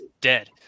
dead